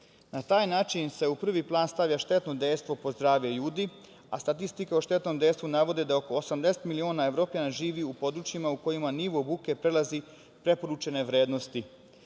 Na taj način se u prvi plan stavlja štetno dejstvo po zdravlje ljudi, a statistika o štetnom dejstvu navodi da oko 80 miliona Evropljana živi u područjima u kojima nivo buke prelazi preporučene vrednosti,